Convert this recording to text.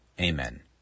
Amen